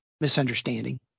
misunderstanding